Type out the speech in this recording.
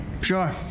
Sure